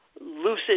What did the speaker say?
lucid